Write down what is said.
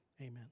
Amen